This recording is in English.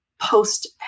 post